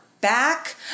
back